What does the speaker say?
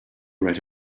write